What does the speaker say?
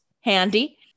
handy